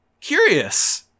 Curious